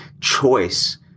choice